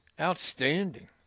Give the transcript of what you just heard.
Outstanding